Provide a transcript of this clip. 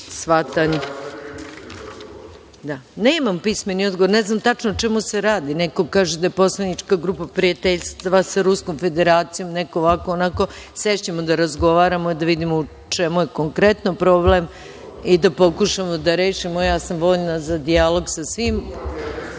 pismeni odgovor. Ne znam tačno o čemu se radi. Neko kaže da je poslanička Grupa prijateljstva sa Ruskom Federacijom, neko ovako, neko onako. Sešćemo da razgovaramo, da vidimo u čemu je konkretno problem i da pokušamo da rešimo. Ja sam voljna za dijalog sa